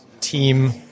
team